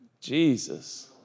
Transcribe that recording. Jesus